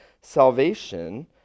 salvation